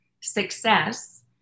success